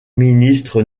ministre